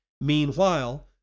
Meanwhile